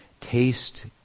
Taste